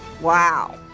Wow